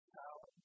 power